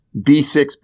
B6